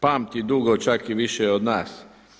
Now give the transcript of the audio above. Pamti dugo čak i više od nas.